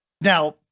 now